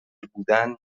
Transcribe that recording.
بودن